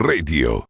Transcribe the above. Radio